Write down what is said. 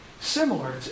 similar